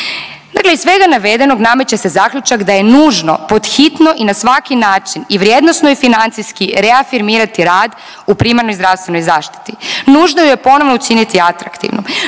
Dakle iz svega navedenog nameće se zaključak da je nužno pod hitno i na svaki način i vrijednosno i financijski reafirmirati rad u primarnoj zdravstvenoj zaštiti. Nužno ju je ponovno učiniti atraktivnom.